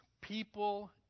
people